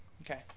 Okay